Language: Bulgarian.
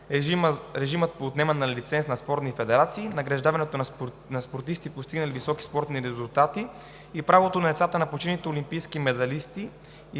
режима по отнемане на лиценз на спортни федерации, награждаването на спортисти, постигнали високи спортни резултати и правото на децата на починалите олимпийски медалисти